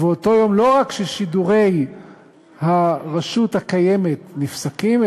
ובאותו יום לא רק ששידורי הרשות הקיימת היו נפסקים,